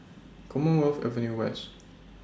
Commonwealth Avenue West